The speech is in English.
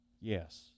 Yes